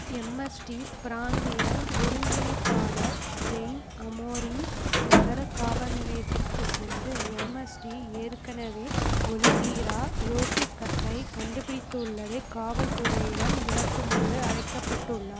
MST பிராந்திய ஒருங்கிணைப்பாளர் Jaime Amorim நகரக் காவல் நிலையத்திற்குச் சென்று எம்எஸ்டி ஏற்கனவே ஒளிவீரா ரோட்ரிகசை கண்டுபிடித்துள்ளதைக் காவல்துறையிடம் விளக்குமாறு அழைக்கப்பட்டுள்ளார்